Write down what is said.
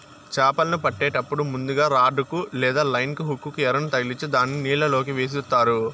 చాపలను పట్టేటప్పుడు ముందుగ రాడ్ కు లేదా లైన్ హుక్ కు ఎరను తగిలిచ్చి దానిని నీళ్ళ లోకి విసురుతారు